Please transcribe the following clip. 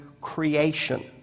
creation